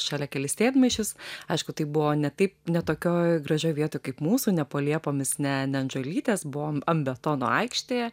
šalia kelis sėdmaišius aišku tai buvo ne taip ne tokioj gražioj vietoj kaip mūsų ne po liepomis ne ne ant žolytės buvom ant betono aikštėj